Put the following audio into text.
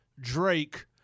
Drake